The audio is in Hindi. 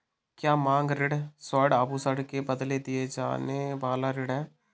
क्या मांग ऋण स्वर्ण आभूषण के बदले दिया जाने वाला ऋण है?